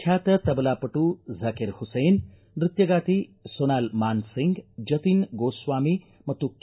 ಖ್ಯಾತ ತಬಲಾ ಪಟು ಝಾಕೀರ್ ಹುಸೇನ್ ನೃತ್ಖಗಾರ್ತಿ ಸೊನಾಲ್ ಮಾನ್ಸಿಂಗ್ ಜತೀನ್ ಗೋ ಸ್ವಾಮಿ ಮತ್ತು ಕೆ